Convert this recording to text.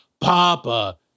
Papa